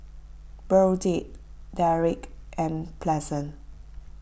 Burdette Derrick and Pleasant